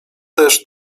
też